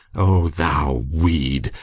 o thou weed,